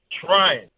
trying